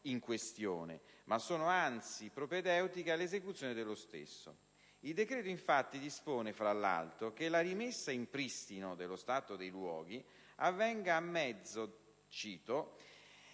in questione, ma sono anzi propedeutiche all'esecuzione dello stesso. Il decreto, infatti, dispone, fra l'altro, che la rimessa in pristino dello stato dei luoghi avvenga anche